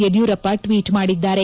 Yediyurappa tweet ಮಾಡಿದ್ದಾರೆ